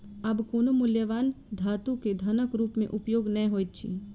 आब कोनो मूल्यवान धातु के धनक रूप में उपयोग नै होइत अछि